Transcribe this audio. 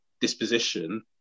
disposition